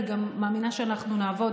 אני גם מאמינה שאנחנו נעבוד,